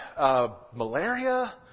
malaria